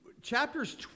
chapters